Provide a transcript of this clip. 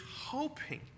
hoping